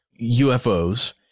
UFOs